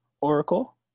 Oracle